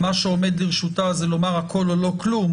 מה שעומד לרשותה זה לומר: הכול או לא כלום,